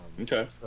Okay